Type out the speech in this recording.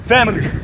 Family